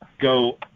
go